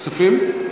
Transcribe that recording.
כספים?